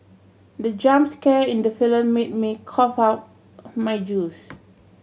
the jump scare in the film made me cough out my juice